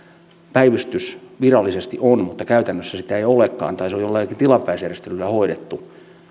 päivystys virallisesti on mutta käytännössä sitä ei olekaan tai se on jollain tilapäisjärjestelyllä hoidettu ja